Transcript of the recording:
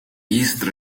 easter